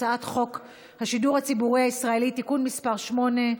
הצעת חוק השידור הציבורי הישראלי (תיקון מס' 8)